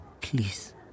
please